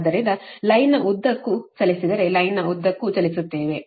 ಆದ್ದರಿಂದ ಲೈನ್ನ ಉದ್ದಕ್ಕೂ ಚಲಿಸಿದರೆ ಲೈನ್ನ ಉದ್ದಕ್ಕೂ ಚಲಿಸುತ್ತೇವೆ